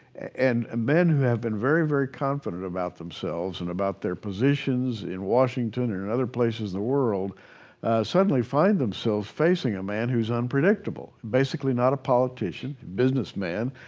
and ah men who have been very very confident about themselves and about their positions in washington and and other places in the world suddenly find themselves facing a man who is unpredictable, basically not a politician, business man.